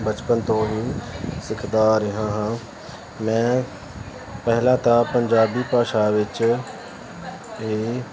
ਬਚਪਨ ਤੋਂ ਹੀ ਸਿੱਖਦਾ ਆ ਰਿਹਾ ਹਾਂ ਮੈਂ ਪਹਿਲਾਂ ਤਾਂ ਪੰਜਾਬੀ ਭਾਸ਼ਾ ਵਿੱਚ ਅਤੇ